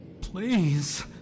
Please